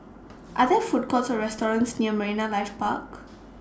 Are There Food Courts Or restaurants near Marine Life Park